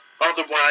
otherwise